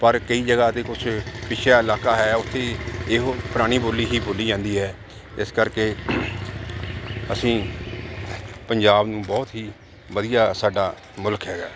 ਪਰ ਕਈ ਜਗ੍ਹਾ 'ਤੇ ਕੁਛ ਪਿੱਛੜਿਆ ਇਲਾਕਾ ਹੈ ਉੱਥੇ ਇਹੋ ਪੁਰਾਣੀ ਬੋਲੀ ਹੀ ਬੋਲੀ ਜਾਂਦੀ ਹੈ ਇਸ ਕਰਕੇ ਅਸੀਂ ਪੰਜਾਬ ਨੂੰ ਬਹੁਤ ਹੀ ਵਧੀਆ ਸਾਡਾ ਮੁਲਕ ਹੈਗਾ